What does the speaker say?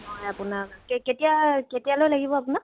মই আপোনাক কেতিয়া কেতিয়ালৈ লাগিব আপোনাক